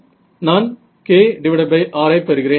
நான் kr ஐ பெறுகிறேன்